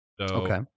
Okay